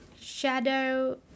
shadow